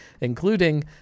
including